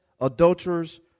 adulterers